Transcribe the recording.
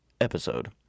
episode